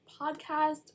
podcast